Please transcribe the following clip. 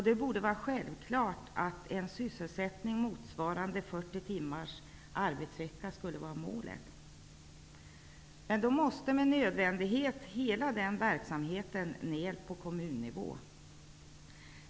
Det borde vara självklart att en sysselsättning motsvarande 40 timmars arbetsvecka är målet. Men då måste hela den verksamheten med nödvändighet ned på kommunnivå.